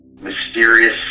mysterious